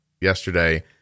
yesterday